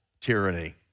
tyranny